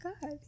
god